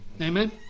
Amen